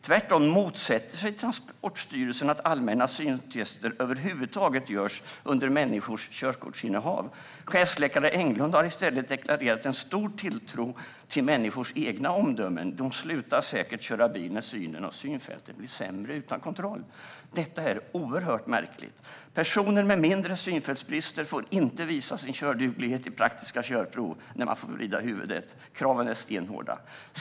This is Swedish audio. Tvärtom motsätter sig Transportstyrelsen att allmänna syntester över huvud taget görs under människors körkortsinnehav. Chefsläkare Englund har i stället deklarerat en stor tilltro till människors egna omdömen: De slutar säkert att köra bil när synen och synfälten blir sämre utan kontroll. Detta är oerhört märkligt. Personer med mindre synfältsbrister får inte visa sin körduglighet i praktiska körprov där man får vrida på huvudet. Kraven är stenhårda.